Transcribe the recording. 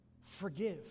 forgive